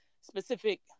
specific